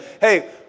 Hey